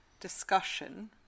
discussion